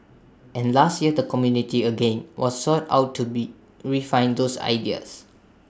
and last year the community again was sought out to be refine those ideas